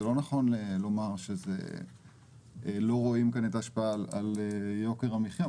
זה לא נכון לומר שלא רואים כאן את ההשפעה על יוקר המחיה.